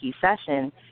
session